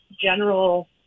general